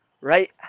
right